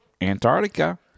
Antarctica